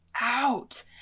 out